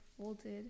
folded